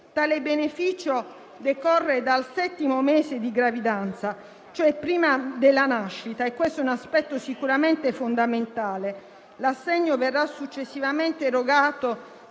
Tale beneficio decorre dal settimo mese di gravidanza, cioè prima della nascita, e questo è un aspetto sicuramente fondamentale. L'assegno verrà successivamente erogato